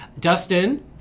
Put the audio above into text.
Dustin